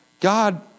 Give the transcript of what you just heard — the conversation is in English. god